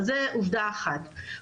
זאת עובדה אחת.